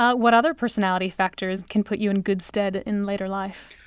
ah what other personality factors can put you in good stead in later life?